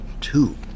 two